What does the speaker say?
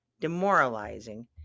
demoralizing